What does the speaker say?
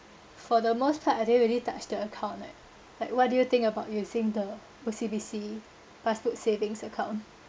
for the most part I didn't really touch their account leh like what do you think about using the O_C_B_C passbook savings account